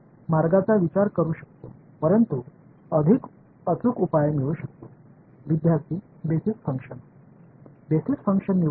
மாணவர்அடிப்படை செயல்பாடு அடிப்படை செயல்பாடு இன்னும் கொஞ்சம் புத்திசாலித்தனமாக தேர்ந்தெடுக்கப்படலாம்